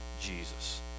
Jesus